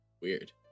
weird